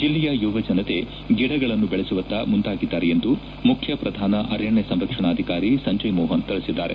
ಜಿಲ್ಲೆಯ ಯುವಜನತೆ ಗಿಡಗಳನ್ನು ಬೆಳೆಸುವತ್ತ ಮುಂದಾಗಿದ್ದಾರೆ ಎಂದು ಮುಖ್ಯ ಪ್ರಧಾನ ಅರಣ್ಯ ಸಂರಕ್ಷಣಾಧಿಕಾರಿ ಸಂಜಯ್ ಮೋಹನ್ ತಿಳಿಸಿದ್ದಾರೆ